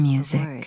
Music